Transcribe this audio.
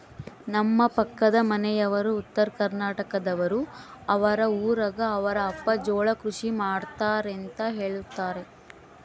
ನಮ್ಮ ಪಕ್ಕದ ಮನೆಯವರು ಉತ್ತರಕರ್ನಾಟಕದವರು, ಅವರ ಊರಗ ಅವರ ಅಪ್ಪ ಜೋಳ ಕೃಷಿ ಮಾಡ್ತಾರೆಂತ ಹೇಳುತ್ತಾರೆ